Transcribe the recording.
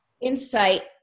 insight